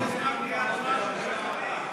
תשמעו